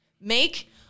Make